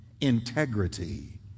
integrity